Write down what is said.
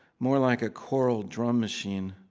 more like a coral drum machine.